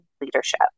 leadership